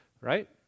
right